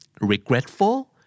regretful